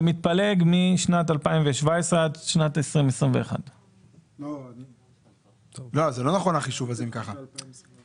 זה מתפלג משנת 2017 עד שנת 2021. אם ככה החישוב הזה לא נכון.